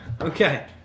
Okay